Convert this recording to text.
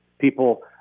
people